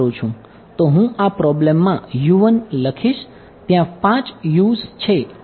તો હું આ પ્રોબલમ માં લખીશ ત્યાં 5 U's છે